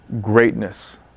greatness